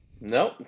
Nope